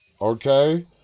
Okay